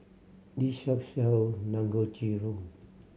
this shop sell Dangojiru